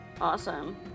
Awesome